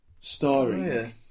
starring